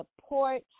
support